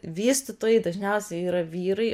vystytojai dažniausiai yra vyrai